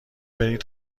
برین